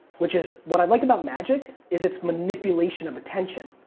which is. what i like about magic is it's manipulation of attention.